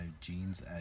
jeans